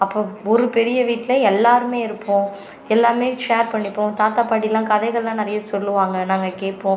அப்போது ஒரு பெரிய வீட்டில் எல்லோருமே இருப்போம் எல்லாம் ஷேர் பண்ணிப்போம் தாத்தா பாட்டிலாம் கதைகள்லாம் நிறைய சொல்லுவாங்க நாங்கள் கேட்போம்